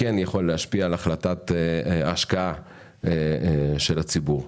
על החלטת ההשקעה של הציבור.